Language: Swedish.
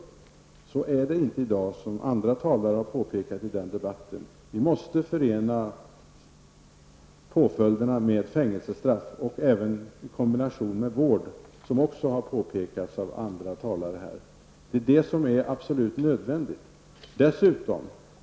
Så är det inte i dag, vilket andra talare har påpekat i debatten. Narkotikabrott måste förenas med påföljden fängelsestraff, även i kombination med vård, vilket också har påpekats här av andra talare. Det är absolut nödvändigt.